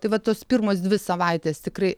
tai va tos pirmos dvi savaitės tikrai